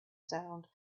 sound